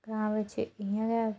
ग्रांऽ बिच इ'यां गै